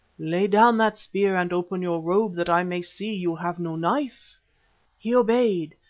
lay down that spear and open your robe that i may see you have no knife he obeyed,